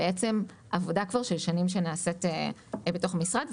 בעצם עבודה של שנים שנעשית בתוך המשרד.